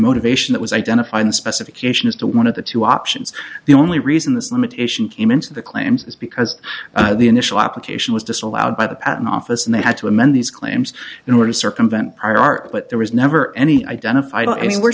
motivation that was identified in the specification is to one of the two options the only reason this limitation came into the claims is because the initial application was disallowed by the patent office and they had to amend these claims in order to circumvent prior art but there was never any identified any w